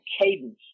cadence